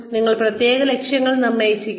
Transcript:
നിങ്ങൾ പ്രത്യേക ലക്ഷ്യങ്ങൾ നിശ്ചയിക്കുന്നു